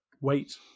wait